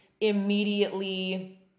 immediately